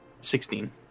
Sixteen